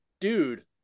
dude